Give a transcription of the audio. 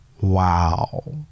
wow